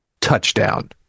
touchdown